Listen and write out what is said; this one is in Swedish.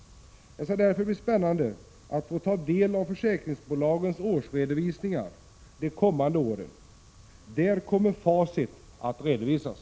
Det skall därför bli spännande att få ta del av försäkringsbolagens årsredovisningar det kommande året. Där kommer facit att redovisas.